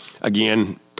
again